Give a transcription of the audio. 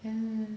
and